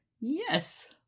yes